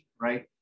right